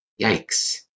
Yikes